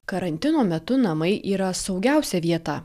karantino metu namai yra saugiausia vieta